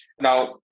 now